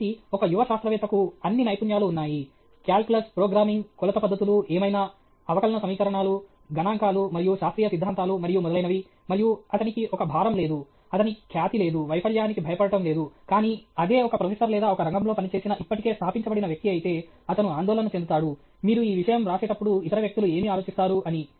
కాబట్టి ఒక యువ శాస్త్రవేత్తకు అన్ని నైపుణ్యాలు ఉన్నాయి కాలిక్యులస్ ప్రోగ్రామింగ్ కొలత పద్ధతులు ఏమైనా అవకలన సమీకరణాలు గణాంకాలు మరియు శాస్త్రీయ సిద్ధాంతాలు మరియు మొదలైనవి మరియు అతని కి ఒక భారం లేదు అతనికి ఖ్యాతి లేదు వైఫల్యానికి భయపడటం లేదు కానీ అదే ఒక ప్రొఫెసర్ లేదా ఒక రంగంలో పనిచేసిన ఇప్పటికే స్థాపించబడిన వ్యక్తి అయితే అతను ఆందోళన చెందుతాడు మీరు ఈ విషయం వ్రాసేటప్పుడు ఇతర వ్యక్తులు ఏమి ఆలోచిస్తారు అని